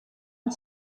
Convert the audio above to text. une